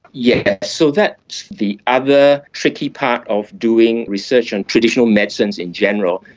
yes, so that's the other tricky part of doing research on traditional medicines in general,